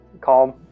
calm